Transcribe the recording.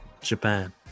Japan